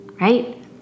right